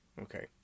Okay